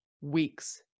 Weeks